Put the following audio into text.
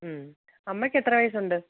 അമ്മക്കെത്ര വയസുണ്ട്